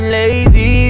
lazy